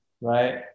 Right